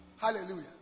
Hallelujah